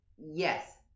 Yes